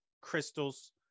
crystals